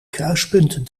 kruispunten